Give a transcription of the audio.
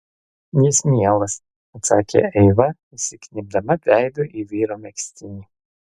jis mielas atsakė eiva įsikniaubdama veidu į vyro megztinį